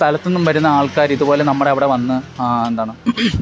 സ്ഥലത്ത് നിന്നും വരുന്ന ആൾക്കാർ ഇതുപോലെ നമ്മുടെ ഇവിടെ വന്നു എന്താണ്